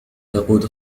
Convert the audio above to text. تقود